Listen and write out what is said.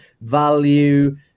value